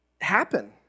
happen